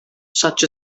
such